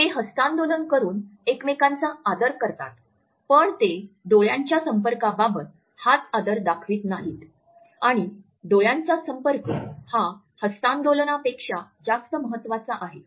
ते हस्तांदोलन करून एकमेकांचा आदर करतात पण ते डोळ्यांच्या संपर्कांबाबत हाच आदर दाखवित नाहीत आणि डोळ्यांचा संपर्क हा हस्तांदोलनापेक्षा जास्त महत्त्वाचा आहे